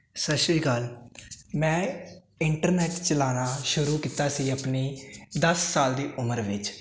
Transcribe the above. ਸਤਿ ਸ਼੍ਰੀ ਅਕਾਲ ਮੈਂ ਇੰਟਰਨੈੱਟ ਚਲਾਣਾ ਸ਼ੁਰੂ ਕੀਤਾ ਸੀ ਆਪਣੇ ਦਸ ਸਾਲ ਦੀ ਉਮਰ ਵਿੱਚ